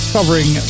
Covering